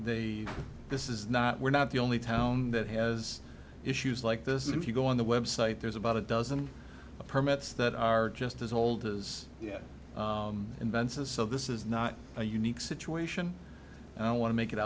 they this is not we're not the only town that has issues like this if you go on the website there's about a dozen permits that are just as old as yet invensys so this is not a unique situation and i want to make it